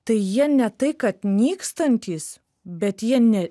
tai jie ne tai kad nykstantys bet jie ne